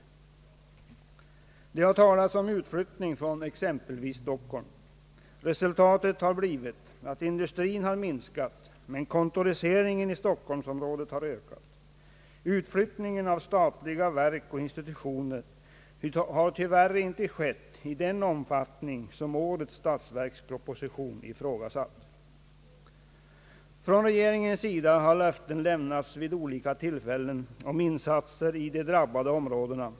Det har talats om utflyttning från exempelvis Stockholm. Resultatet har blivit att industrin har minskat men att kontoriseringen i Stockholmsområdet har ökat. Utflyttningen av statliga verk och institutioner har tyvärr inte skett i den omfattning som ifrågasatts i årets statsverksproposition. Regeringen har lämnat löften vid olika tillfällen om insatser i de drabbade områdena.